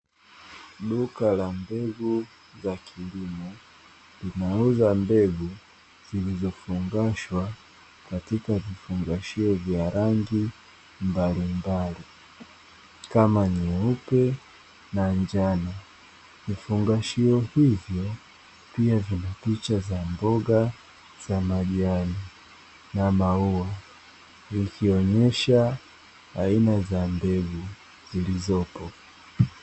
Duka la mbegu za kilimo linauza mbegu zilizofungashwa katika vifungashio vya rangi mbalimbali, kama nyeupe na njano,,vifungashio hivi pia vina picha za mboga za majani na maua, ikionyesha aina za mbegu zilizopo.